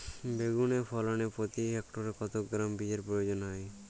বেগুন ফলনে প্রতি হেক্টরে কত গ্রাম বীজের প্রয়োজন হয়?